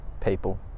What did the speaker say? people